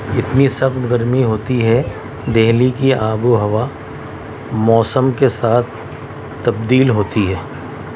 اتنی سخت گرمی ہوتی ہے دہلی کی آب و ہوا موسم کے ساتھ تبدیل ہوتی ہے